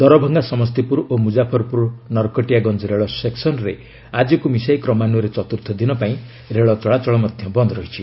ଦରଭଙ୍ଗା ସମସ୍ତିପୁର ଓ ମୁଜାଫରପୁର ନରକଟିଆଗଞ୍ଜ ରେଳ ସେକ୍ସନ୍ରେ ଆଜିକୁ ମିଶାଇ କ୍ରମାନ୍ୱୟରେ ଚତୁର୍ଥ ଦିନ ପାଇଁ ରେଳ ଚଳାଚଳ ବନ୍ଦ ରହିଛି